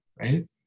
right